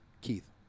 Keith